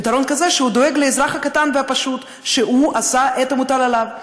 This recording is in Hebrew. פתרון כזה שדואג לאזרח הקטן והפשוט שעשה את המוטל עליו.